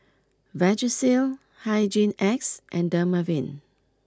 Vagisil Hygin X and Dermaveen